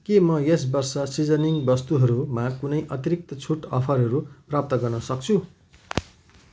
के म यस वर्ष सिजनिङ वस्तुहरूमा कुनै अतिरिक्त छुट अफरहरू प्राप्त गर्न सक्छु